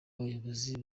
abayobozi